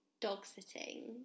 dog-sitting